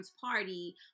party